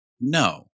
No